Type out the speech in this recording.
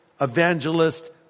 evangelist